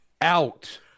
out